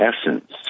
essence